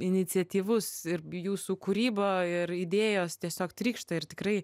iniciatyvus ir jūsų kūryba ir idėjos tiesiog trykšta ir tikrai